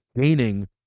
gaining